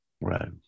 Right